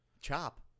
Chop